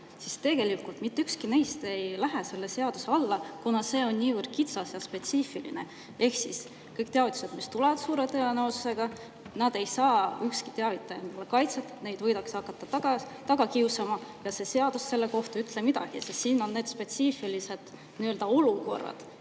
siis tegelikult mitte ükski neist ei lähe selle seaduse alla, kuna see on niivõrd kitsas ja spetsiifiline. Ehk siis kõik teavitused, mis tulevad, suure tõenäosusega nende puhul ei saa ükski teavitaja kaitset. Neid võidakse hakata taga kiusama. See eelnõu selle kohta ei ütle midagi. Siin on kirjas spetsiifilised valdkonnad,